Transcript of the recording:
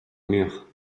murs